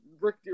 Rick